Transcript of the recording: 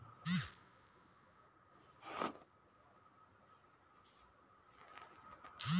खाता से पैसा कईसे ट्रासर्फर होई?